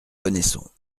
connaissons